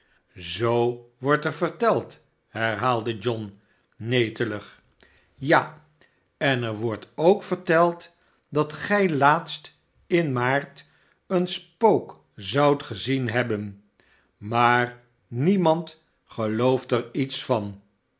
zoo wordt er verteld herhaalde john netelig ja en er wordt ook verteld dat gij laatst m maart een spook zoudt gezien hebben maar niemand gelooft er iets van